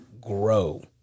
grow